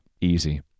easy